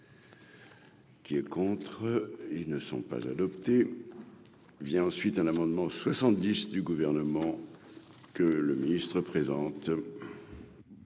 Qui est contre et ils ne sont pas adopter vient ensuite un amendement 70 du gouvernement que le ministre présente.